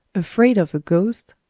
afraid of a ghost!